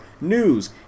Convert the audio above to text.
news